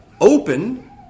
open